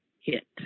hit